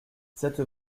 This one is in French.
cette